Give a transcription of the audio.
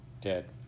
Dead